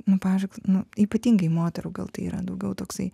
nu pavyzdžiui nu ypatingai moterų gal tai yra daugiau toksai